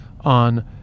on